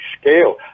scale